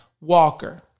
Walker